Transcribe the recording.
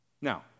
Now